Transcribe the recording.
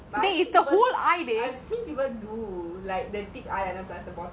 but it's like saturday I just want to be the bottom and the top shall